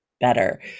better